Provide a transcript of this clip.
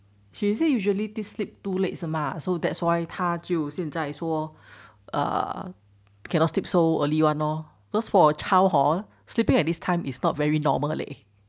she is it usually to sleep too late 是吗 so that's why 他就现在说 err cannot sleep so early [one] lor because for child hor sleeping at this time is not very normal leh